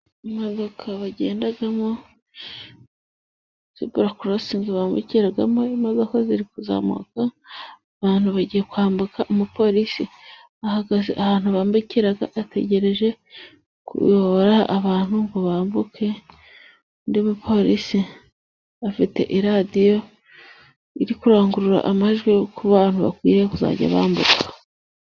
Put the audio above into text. Imodokaka bagendamo zeburakorosingi bambukiramo, imodoka ziri kuzamuka ,abantu bagiye kwambuka, umupolisi ahagaze ahantu bambukira ategereje kuyobora abantu ngo bambuke ,undi mupolisi afite radiyo iri kurangurura amajwi ,uko abantu bakwiriye kuzajya bambuka.